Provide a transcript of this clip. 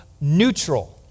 neutral